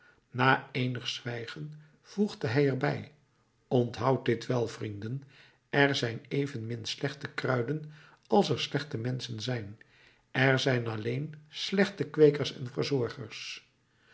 na eenig zwijgen voegde hij er bij onthoudt dit wel vrienden er zijn evenmin slechte kruiden als er slechte menschen zijn er zijn alleen slechte kweekers en verzorgers